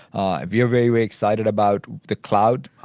ah we're very excited about the cloud.